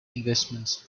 investments